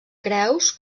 creus